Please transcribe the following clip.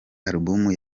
album